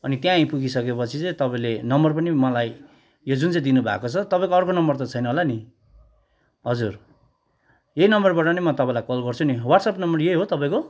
अनि त्यहाँ आइपुगिसके पछि चाहिँ तपाईँले नम्बर पनि मलाई यो जुन चाहिँ दिनुभएको छ तपाईँको अर्को नम्बर त छैन होला नि हजुर यही नम्बरबाट नै म तपाईँलाई कल गर्छु नि व्हाट्सएप्प नम्बर यही हो तपाईँको